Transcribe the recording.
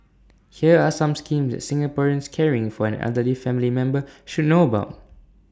here are some schemes that Singaporeans caring for an elderly family member should know about